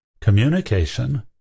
communication